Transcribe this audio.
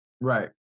Right